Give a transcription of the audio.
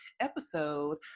episode